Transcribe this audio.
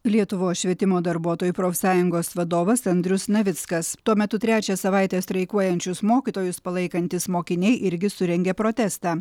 lietuvos švietimo darbuotojų profsąjungos vadovas andrius navickas tuo metu trečią savaitę streikuojančius mokytojus palaikantys mokiniai irgi surengė protestą